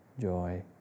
joy